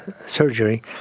surgery